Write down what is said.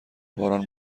باران